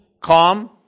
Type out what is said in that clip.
calm